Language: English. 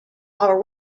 are